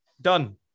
done